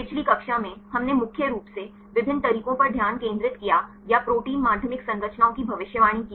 पिछली कक्षा में हमने मुख्य रूप से विभिन्न तरीकों पर ध्यान केंद्रित किया या प्रोटीन माध्यमिक संरचनाओं की भविष्यवाणी की